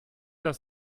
das